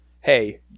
hey